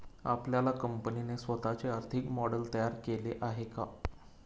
आपल्या कंपनीने स्वतःचे आर्थिक मॉडेल तयार केले आहे का?